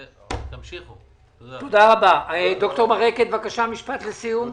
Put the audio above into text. אנחנו עוברים לדון בהוראות ליישום משטר כושר פירעון